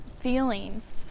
feelings